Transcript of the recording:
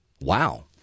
Wow